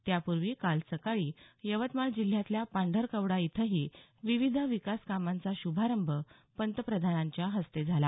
त्यापूर्वी काल सकाळी यवतमाळ जिल्ह्यातल्या पांढरकवडा इथंही विविध विकास कामांचा श्भारंभ पंतप्रधानांच्या हस्ते झाला